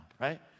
right